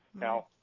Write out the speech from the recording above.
Now